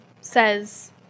says